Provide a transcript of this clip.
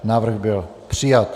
Návrh byl přijat.